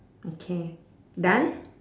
okay done